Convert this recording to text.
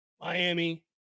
Miami